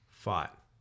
Fought